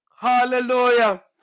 Hallelujah